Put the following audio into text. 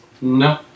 No